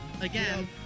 again